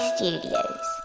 Studios